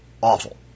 awful